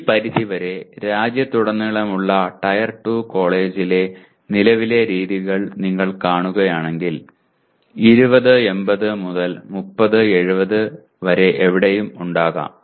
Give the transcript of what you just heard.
ഈ പരിധിവരെ രാജ്യത്തുടനീളമുള്ള ടയർ 2 കോളേജിലെ നിലവിലെ രീതികൾ നിങ്ങൾ കാണുകയാണെങ്കിൽ 2080 മുതൽ 3070 വരെ എവിടെയും ഉണ്ടാകാം